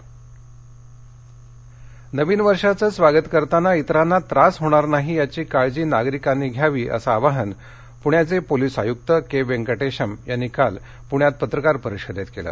बाईटवेंकटेशमः नवीन वर्षाचं स्वागत करताना इतरांना त्रास होणार नाही याची काळजी नागरिकांनी घ्यावी असं आवाहन पुणे पोलिस आयुक्त के वेंकटेशम यानी काल प्रण्यात पत्रकार परिषदेत केलं